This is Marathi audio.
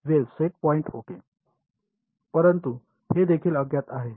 वेल सेंटर पॉईंट ओके परंतु हे देखील अज्ञात आहे